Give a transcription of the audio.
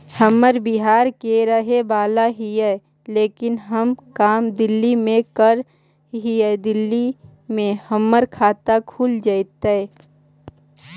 हम बिहार के रहेवाला हिय लेकिन हम काम दिल्ली में कर हिय, दिल्ली में हमर खाता खुल जैतै?